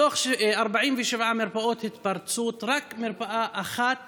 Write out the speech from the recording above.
מתוך 47 מרפאות התפרצות, רק מרפאה אחת